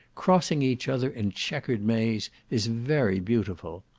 crossing each other in chequered maze, is very beautiful.